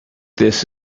this